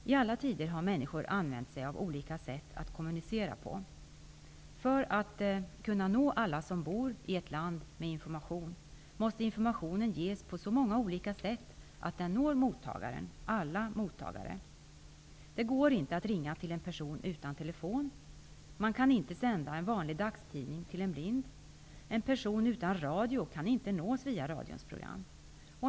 I alla tider har människor kommunicerat på olika sätt. För att kunna nå ut med information till alla som bor i ett land måste informationen ges på så många olika sätt att den når alla mottagare. Det går inte att ringa till en person som inte har telefon. Man kan inte sända en vanlig dagstidning till en blind person. En person som inte har radio kan inte nås via radions program.